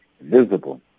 visible